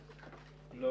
טוב,